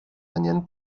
angen